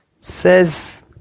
Says